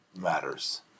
matters